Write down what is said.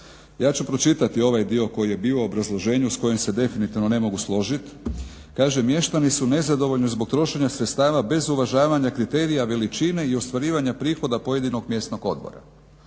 Ja ću pročitati ovaj dio koji je bio u obrazloženju s kojim se definitivnom ne mogu složit. Kaže mještani su nezadovoljni zbog trošenja sredstava bez uvažavanja kriterija veličine i ostvarivanja prihoda pojedinog mjesnog odbora.